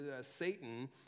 Satan